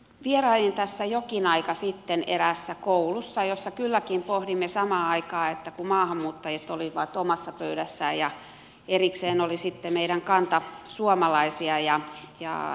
vierailin jokin aika sitten eräässä koulussa jossa kylläkin pohdimme samaan aikaan sitä että maahanmuuttajat olivat omassa pöydässään ja erikseen oli sitten meidän kantasuomalaisia